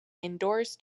contacts